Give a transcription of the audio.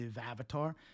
avatar